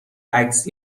عکس